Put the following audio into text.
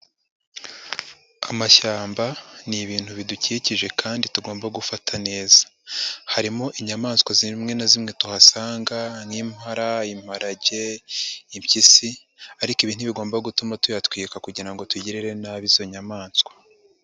Amashyamba ni ibintu bidukikije kandi tugomba gufata neza. Harimo inyamaswa zimwe na zimwe tuhasanga nk'impara, imparage, impyisi ariko ibi ntibigomba gutuma tuyatwika kugira ngo tugirire nabi izo nyamaswa.